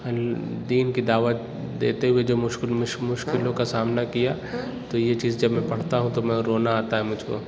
دین کی دعوت دیتے ہوئے جو مشکل مشکلوں کا سامنا کیا تو یہ چیز جب میں پڑھتا ہوں تو رونا آتا ہے مجھ کو